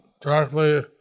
directly